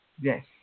Yes